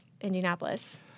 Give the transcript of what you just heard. Indianapolis